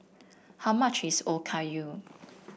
how much is Okayu